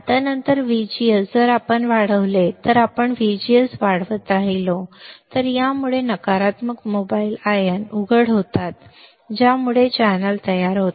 आता नंतर VGS जर आपण वाढवले जर आपण VGS वाढवत राहिलो तर यामुळे नकारात्मक मोबाइल आयन उघड होतात ज्यामुळे चॅनेल तयार होते